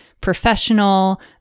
professional